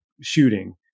shooting